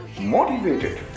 motivated